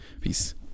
peace